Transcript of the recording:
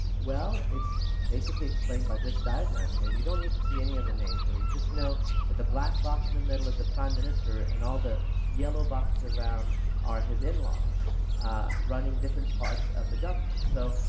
well it's basically explained by this diagram here, and you don't need to see any of the names really just know that that black box in the middle is the prime minister and all the yelllow boxes around are his inlaws running different parts of the government so,